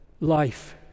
life